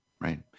Right